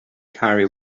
carry